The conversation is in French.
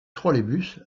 trolleybus